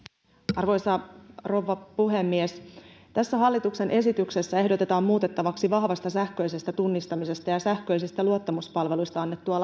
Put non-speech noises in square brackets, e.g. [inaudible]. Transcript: arvoisa rouva puhemies tässä hallituksen esityksessä ehdotetaan muutettavaksi vahvasta sähköisestä tunnistamisesta ja sähköisistä luottamuspalveluista annettua [unintelligible]